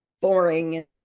boring